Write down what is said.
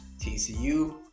TCU